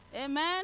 Amen